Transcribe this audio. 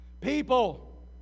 People